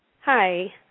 hi